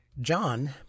John